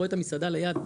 רואה את המסעדה ליד,